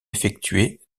effectuer